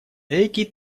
экий